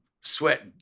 sweat